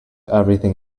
everything